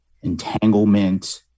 entanglement